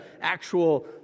actual